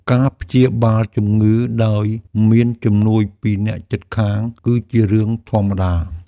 ការព្យាបាលជំងឺដោយមានជំនួយពីអ្នកជិតខាងគឺជារឿងធម្មតា។